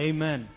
Amen